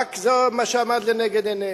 רק זה מה שעמד לנגד עיניהם,